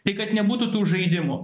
tai kad nebūtų tų žaidimų